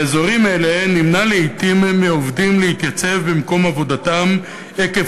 באזורים אלו נמנע לעתים מעובדים להתייצב במקום עבודתם עקב